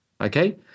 okay